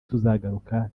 tuzagaruka